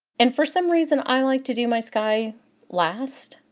and for some reason i like to do my sky last,